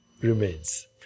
remains